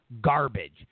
garbage